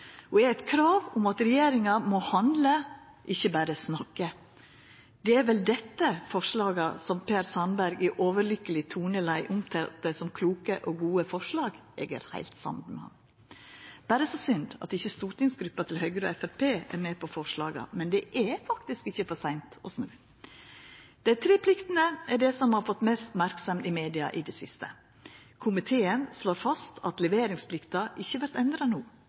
og det er eit krav om at regjeringa må handla, ikkje berre snakka. Det er vel desse forslaga som Per Sandberg i overlykkeleg toneleie omtalte som kloke og gode forslag. Eg er heilt samd med han – berre så synd at ikkje stortingsgruppene til Høgre og Framstegspartiet er med på forslaga, men det er faktisk ikkje for seint å snu. Dei tre pliktene er det som har fått mest merksemd i media i det siste. Komiteen slår fast at leveringsplikta ikkje vert endra no.